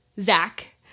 Zach